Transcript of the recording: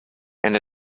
and